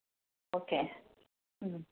okay